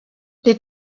les